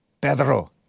Pedro